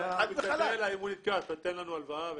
אני שואל אותו: אם ניתקע אתה תיתן לנו הלוואה?